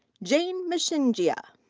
jane mashingia.